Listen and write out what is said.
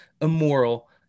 immoral